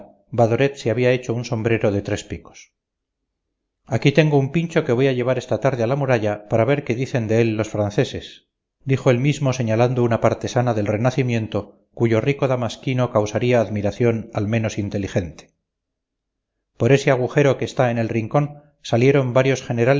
badoret se había hecho un sombrero de tres picos aquí tengo un pincho que voy a llevar esta tarde a la muralla para ver qué dicen de él los franceses dijo el mismo señalando una partesana del renacimiento cuyo rico damasquino causaría admiración al menos inteligente por ese agujero que está en el rincón salieron varios generales